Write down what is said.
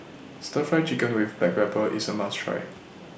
Stir Fry Chicken with Black Pepper IS A must Try